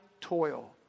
toil